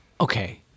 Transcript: Okay